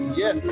yes